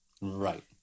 Right